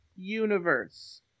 universe